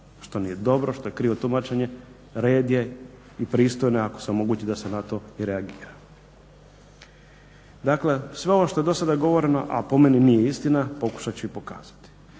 što nije dobro, što je krivo tumačenje, red je i pristojno je ako se omogući da se na to i reagira. Dakle, sve ovo što je dosada govoreno, a po meni nije istina, pokušat ću i pokazati.